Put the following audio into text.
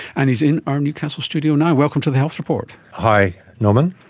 and he's in our newcastle studio now. welcome to the health report. hi norman.